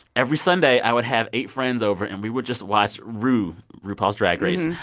every sunday i would have eight friends over, and we would just watch ru rupaul's drag race.